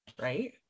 right